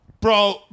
Bro